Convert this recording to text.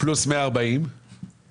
פלוס 140 מיליון שקלים.